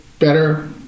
Better